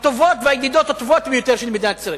הטובות והידידות הטובות ביותר של מדינת ישראל.